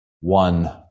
one